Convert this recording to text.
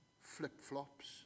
flip-flops